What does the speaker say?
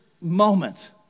moment